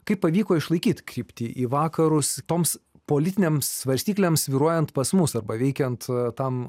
kaip pavyko išlaikyti kryptį į vakarus toms politinėms svarstyklėms svyruojant pas mus arba veikiant tam